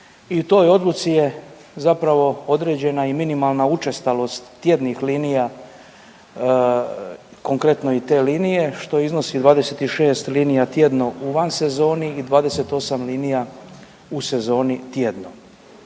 i u toj odluci je određena minimalna učestalost tjednih linija, konkretno i te linije što iznosi 26 linija tjedno u van sezoni i 28 linija u sezoni tjedno.